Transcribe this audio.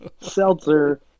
seltzer